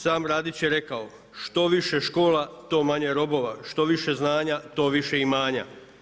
Sam Radić je rekao, „Što više škola to mane robova, što više znanja, to više imanja“